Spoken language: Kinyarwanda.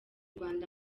rwanda